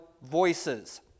voices